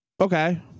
okay